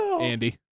Andy